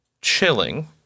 chilling